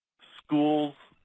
schools.